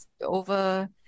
over